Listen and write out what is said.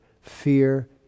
fear